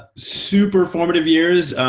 super formative years.